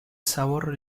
sabor